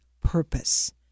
purpose